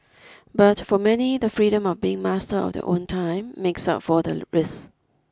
but for many the freedom of being master of their own time makes up for the risks